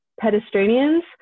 pedestrians